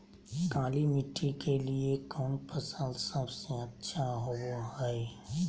काली मिट्टी के लिए कौन फसल सब से अच्छा होबो हाय?